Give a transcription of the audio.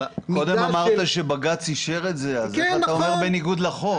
קודם אמרת שבג"ץ אישר את זה ועכשיו אתה אומר בניגוד לחוק.